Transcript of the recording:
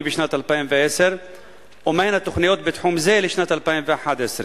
בשנת 2010 ומהן התוכניות בתחום זה לשנת 2011?